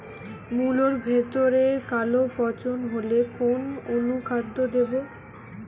মুলোর ভেতরে কালো পচন হলে কোন অনুখাদ্য দেবো?